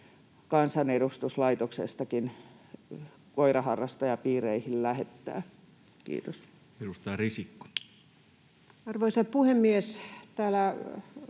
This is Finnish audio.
kansanedustuslaitoksestakin koiraharrastajapiireihin lähettää. — Kiitos. Edustaja Risikko. Arvoisa puhemies! Täällä